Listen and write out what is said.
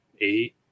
eight